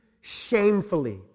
shamefully